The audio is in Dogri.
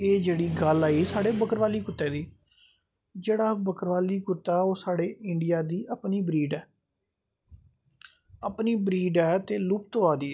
ते एह् गल्ल आई साढ़े बकरवाली कुत्ते दी जेह्ड़ा बक्करवाली कुत्ता ऐ ओह् साढ़े इंडिया दी अपनी ब्रीड ऐ अपनी ब्रीड ऐ ते लुप्त होआ दी ऐ